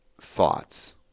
thoughts